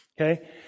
Okay